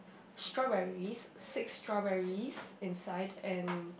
strawberries six strawberries inside and